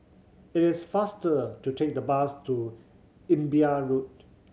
it is faster to take the bus to Imbiah Road